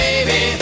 Baby